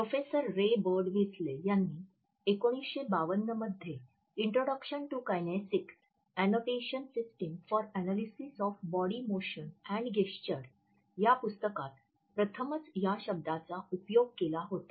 professor Ray Birdwhistell यांनी १९५२ मध्ये introduction to kinesics annotation system for analysis of body motion and gesture या पुस्तकात प्रथमच या शब्दाचा उपयोग केला होता